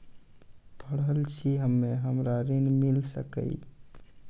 पढल छी हम्मे हमरा ऋण मिल सकई?